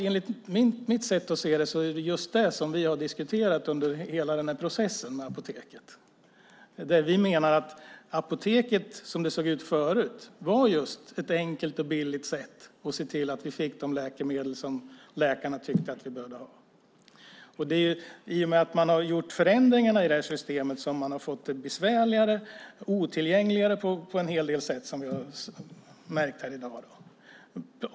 Enligt mitt sätt att se det är det just det som vi har diskuterat under hela den här apoteksprocessen. Vi menar att apotekssystemet som det såg ut förut just innebar ett enkelt och billigt sätt att se till att vi fick de läkemedel som läkarna tyckte att vi behövde ha. I och med att man har gjort förändringarna i det här systemet har man fått det besvärligare. Det har blivit otillgängligare på en hel del sätt, som vi har märkt här i dag.